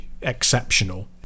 exceptional